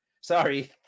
sorry